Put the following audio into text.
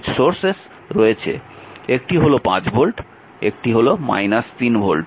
একটি হল 5 ভোল্ট একটি হল 3 ভোল্ট